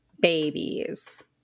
Babies